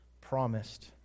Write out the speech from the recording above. promised